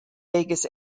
vegas